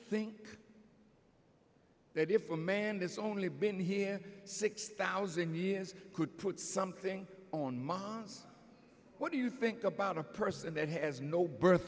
think that if a man this only been here six thousand years could put something on mom what do you think about a person that has no birth